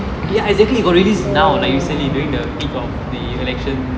ya exactly it got released now like recently during the peak of the election